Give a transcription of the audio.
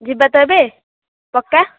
ଯିବା ତ ଏବେ ପକ୍କା